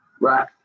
Right